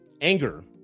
anger